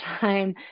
time